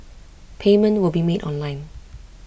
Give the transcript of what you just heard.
payment will be made online